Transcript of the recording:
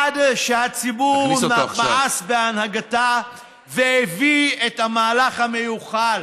עד שהציבור מאס בהנהגתה והביא את המהלך המיוחל.